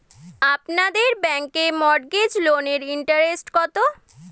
আপনাদের ব্যাংকে মর্টগেজ লোনের ইন্টারেস্ট কত?